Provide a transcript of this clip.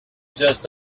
just